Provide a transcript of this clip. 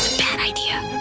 bad idea.